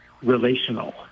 relational